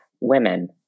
women